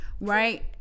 right